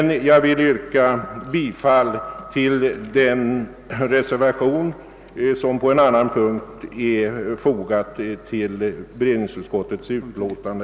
Jag yrkar bifall till den reservation som är fogad till beredningsutskottets utlåtande.